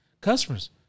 customers